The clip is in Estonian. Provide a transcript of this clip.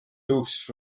juhuks